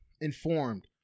informed